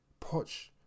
Poch